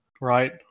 right